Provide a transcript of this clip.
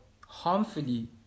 harmfully